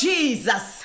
Jesus